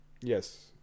Yes